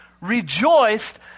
rejoiced